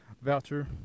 voucher